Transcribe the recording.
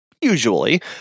usually